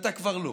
אתה כבר לא.